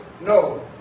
no